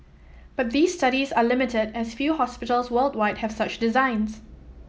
but these studies are limited as few hospitals worldwide have such designs